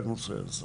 בנושא הזה.